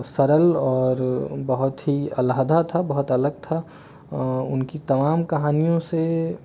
सरल और बहुत ही अलहदा था बहुत अलग था उनकी तमाम कहानियों से